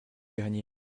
dernier